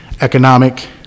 economic